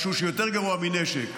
משהו שיותר גרוע מנשק,